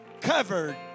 covered